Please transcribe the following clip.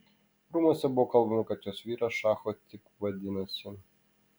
rūmuose buvo kalbama kad jos vyras šachu tik vadinasi